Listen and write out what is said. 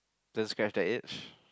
the scratch that age